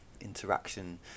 interaction